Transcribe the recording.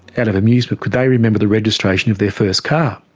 out of amusement, could they remember the registration of their first car.